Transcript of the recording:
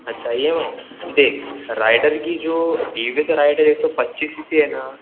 अच्छा E M I देख rider की जो टी वी एस राइडर एक सौ पच्चीस सी सी है न